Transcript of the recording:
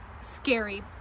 scary